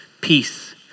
peace